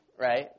Right